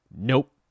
Nope